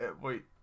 Wait